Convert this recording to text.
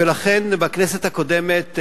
ולכן בכנסת הקודמת,